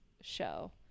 show